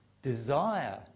desire